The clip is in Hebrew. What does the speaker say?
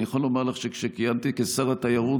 אני יכול לומר לך שכשכיהנתי כשר התיירות,